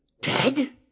Dead